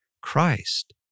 Christ